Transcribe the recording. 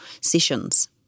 sessions